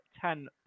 ten